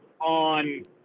on